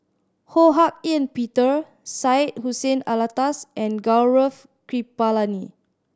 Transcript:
Ho Hak Ean Peter Syed Hussein Alatas and Gaurav Kripalani